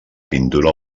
pintura